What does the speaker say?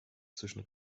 zwischen